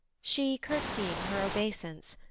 she, curtseying her obeisance,